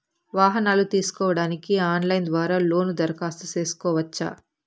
వాహనాలు తీసుకోడానికి ఆన్లైన్ ద్వారా లోను దరఖాస్తు సేసుకోవచ్చా?